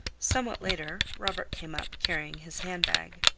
somewhat later robert came up, carrying his hand-bag.